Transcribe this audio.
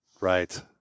Right